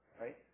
right